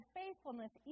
faithfulness